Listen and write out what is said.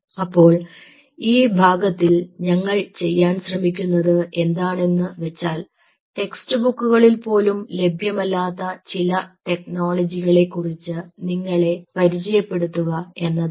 അപ്പോൾ ഈ ഭാഗത്തിൽ ഞങ്ങൾ ചെയ്യാൻ ശ്രമിക്കുന്നത് എന്താണെന്ന് വെച്ചാൽ ടെക്സ്റ്റ് ബുക്കുകളിൽ പോലും ലഭ്യമല്ലാത്ത ചില ടെക്നോളജി കളെക്കുറിച്ച് നിങ്ങളെ പരിചയപ്പെടുത്തുക എന്നതാണ്